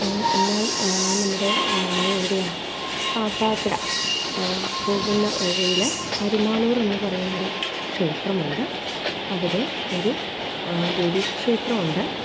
എന്നാൽ നമ്മുടെ എവിടെയാണ് കാട്ടാക്കട പോകുന്ന വഴിയിൽ അരിമാളൂർ എന്ന് പറയുന്നൊരു ക്ഷേത്രമുണ്ട് അവിടെ ഒരു ദേവീ ക്ഷേത്രമുണ്ട്